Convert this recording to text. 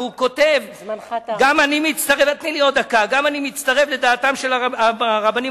והוא כותב: גם אני מצטרף לדעתם של הרבנים